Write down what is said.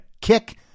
kick